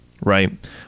right